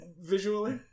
visually